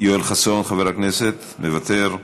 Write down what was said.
חבר הכנסת יואל חסון, מוותר.